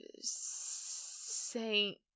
Saint